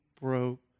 broke